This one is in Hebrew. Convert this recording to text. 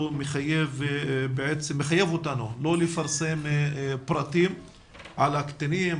מחייב אותנו לא לפרסם פרטים על הקטינים,